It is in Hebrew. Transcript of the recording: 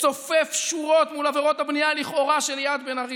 לצופף שורות מול עבירות הבנייה לכאורה של ליאת בן-ארי,